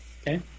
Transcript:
Okay